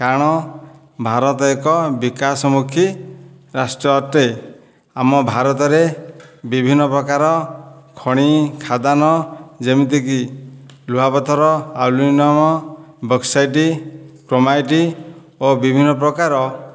କାରଣ ଭାରତ ଏକ ବିକାଶମୁଖୀ ରାଷ୍ଟ୍ର ଅଟେ ଆମ ଭାରତରେ ବିଭିନ୍ନ ପ୍ରକାର ଖଣି ଖାଦାନ ଯେମିତିକି ଲୁହାପଥର ଆଲୁମିନିଅମ ବକ୍ସାଇଟ୍ କ୍ରୋମାଇଟ୍ ଓ ବିଭିନ୍ନ ପ୍ରକାର